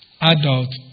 Adult